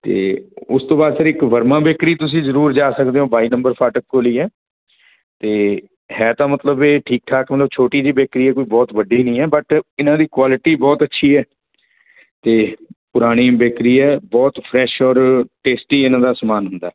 ਅਤੇ ਉਸ ਤੋਂ ਬਾਅਦ ਫਿਰ ਇੱਕ ਵਰਮਾ ਬੇਕਰੀ ਤੁਸੀਂ ਜ਼ਰੂਰ ਜਾ ਸਕਦੇ ਹੋ ਬਾਈ ਨੰਬਰ ਫਾਟਕ ਕੋਲ ਹੀ ਏ ਅਤੇ ਹੈ ਤਾਂ ਮਤਲਬ ਇਹ ਠੀਕ ਠਾਕ ਮਤਲਬ ਛੋਟੀ ਜਿਹੀ ਬੇਕਰੀ ਆ ਕੋਈ ਬਹੁਤ ਵੱਡੀ ਨਹੀਂ ਏ ਬਟ ਇਹਨਾਂ ਦੀ ਕੁਆਲਿਟੀ ਬਹੁਤ ਅੱਛੀ ਹੈ ਅਤੇ ਪੁਰਾਣੀ ਬੇਕਰੀ ਏ ਬਹੁਤ ਫਰੈਸ਼ ਔਰ ਟੇਸਟੀ ਇਹਨਾਂ ਦਾ ਸਮਾਨ ਹੁੰਦਾ